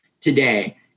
today